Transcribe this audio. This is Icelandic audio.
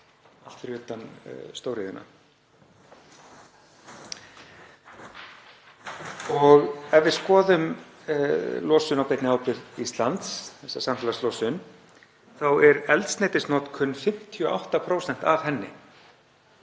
allt fyrir utan stóriðjuna. Ef við skoðum losun á beinni ábyrgð Íslands, þessa samfélagslosun, þá er eldsneytisnotkun 58% af henni.